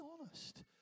honest